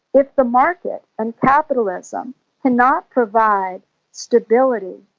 if the market and capitalism cannot provide stability,